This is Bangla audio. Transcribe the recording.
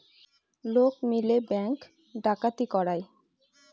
লোক মিলে ব্যাঙ্ক ডাকাতি করায়